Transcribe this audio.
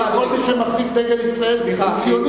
שכל מי שמחזיק דגל ישראל הוא ציוני.